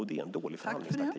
Det är dålig förhandlingstaktik.